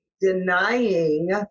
denying